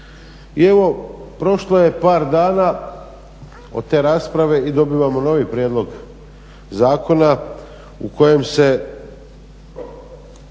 I evo prošlo je par dana od te rasprave i dobivamo novi prijedlog zakona u kojem se